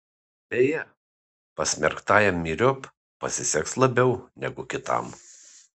beje pasmerktajam myriop pasiseks labiau negu kitam